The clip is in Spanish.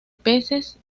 peces